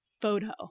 photo